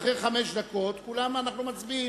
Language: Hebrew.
ואחרי חמש דקות כולנו נצביע.